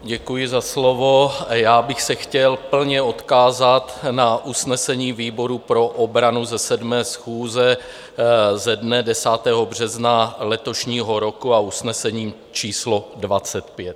Děkuji za slovo a já bych se chtěl plně odkázat na usnesení výboru pro obranu ze 7. schůze ze dne 10. března letošního roku a usnesení číslo 25.